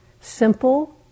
Simple